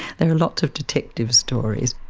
there are lots of detective stories.